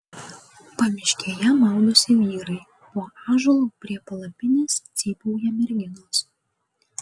pamiškėje maudosi vyrai po ąžuolu prie palapinės cypauja merginos